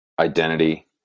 identity